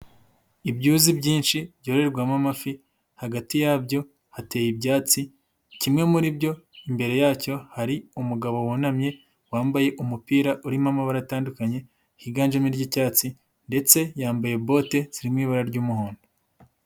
Ibyuzi byinshi byororerwamo amafi, hagati yabyo hateye ibyatsi ,kimwe muri byo imbere yacyo hari umugabo wunamye, wambaye umupira urimo amabara atandukanye ,higanjemo iry'icyatsi ndetse yambaye bote zirimo ibara ry'umuhondo.